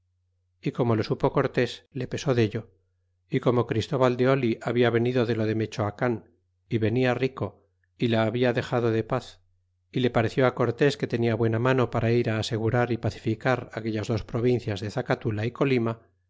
y como lo supo cortés le pesó dello y como christóbal de oli habia venido lelo de mechoacan y venia rico y la habla dexado de paz y le pareció a cortés que tenia buena mano para ir á asegurar y pacificar aquellas dos provincias de zacatula y colima